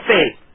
Faith